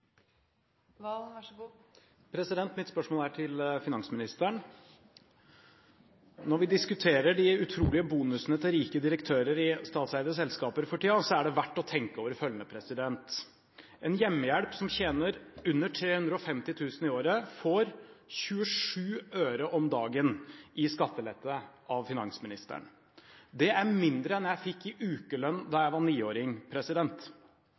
Mitt spørsmål er til finansministeren. Når vi diskuterer de utrolige bonusene til rike direktører i statseide selskaper for tiden, er det verdt å tenke over følgende: En hjemmehjelp som tjener under 350 000 kr i året, får 27 øre om dagen i skattelette av finansministeren. Det er mindre enn jeg fikk i ukelønn da jeg var niåring.